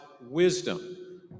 wisdom